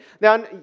Now